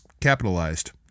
capitalized